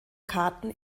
karten